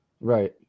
Right